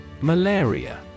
Malaria